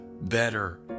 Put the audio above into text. better